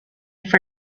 for